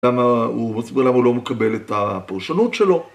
למה הוא, מסביר למה הוא לא מקבל את הפרשנות שלו.